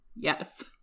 yes